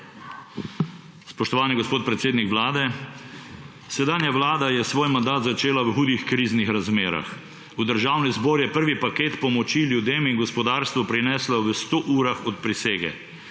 Spoštovani gospod predsednik Vlade! Sedanja vlada je svoj mandat začela v hudih kriznih razmerah. V Državni zbor je prvi paket pomoči ljudem in gospodarstvu prinesla v 100 urah od prisege.